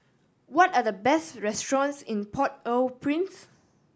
what are the best restaurants in Port Au Prince